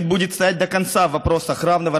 (אומר דברים בשפה הרוסית.) ממתי מותר לדבר